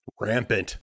Rampant